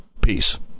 Peace